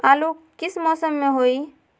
आलू किस मौसम में होई?